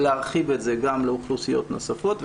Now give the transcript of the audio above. להרחיב את זה גם לאוכלוסיות נוספות.